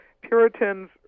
Puritans